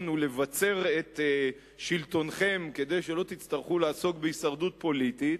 ולבצר את שלטונכם כדי שלא תצטרכו לעסוק בהישרדות פוליטית.